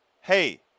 Hey